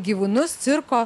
gyvūnus cirko